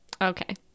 okay